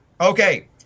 Okay